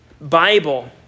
Bible